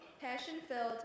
passion-filled